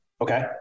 Okay